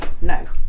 no